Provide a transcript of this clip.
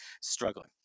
struggling